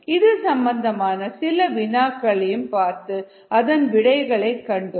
இது சம்பந்தமான சில வினாக்களையும் பார்த்து அதன் விடை கண்டோம்